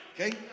Okay